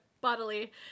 bodily